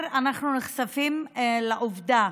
אנחנו נחשפים לעובדה